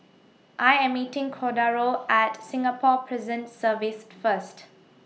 I Am meeting Cordaro At Singapore Prison Service First